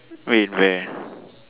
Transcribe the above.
wait where